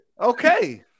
Okay